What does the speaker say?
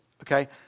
okay